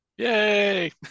Yay